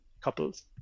couples